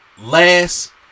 last